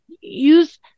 Use